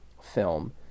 film